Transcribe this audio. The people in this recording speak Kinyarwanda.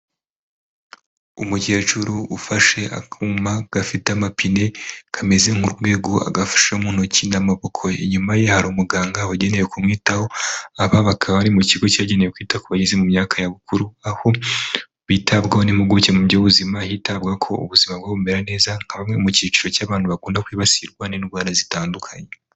Umukecuru ufashe akuma gafite amapine kameze nk'urwego, agafasha mu ntoki n'amaboko, inyuma ye hari umuganga wagenewe kumwitaho, aba bakaba bari mu kigo cyagenewe kwita ku bageze mu myaka ya bukuru, aho bitabwaho n'impuguke mu by'ubuzima, hitabwaho ko ubuzima bwabo bumera neza nka bamwe mu cyiciro cy'abantu bakunda kwibasirwa n'indwara zitandukanye.